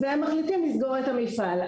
והם מחליטים לסגור את המפעל.